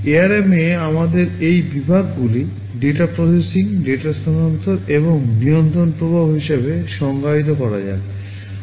ARM এ আমাদের এই বিভাগগুলি ডেটা প্রসেসিং হিসাবে সংজ্ঞায়িত করা যাক